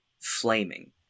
Flaming